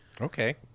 Okay